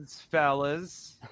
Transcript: fellas